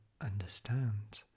understand